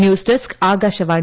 news desk Akashvani